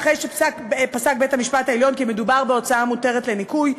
אחרי שפסק בית-המשפט העליון כי מדובר בהוצאה מותרת לניכוי,